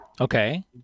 Okay